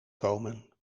komen